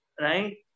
right